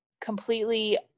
completely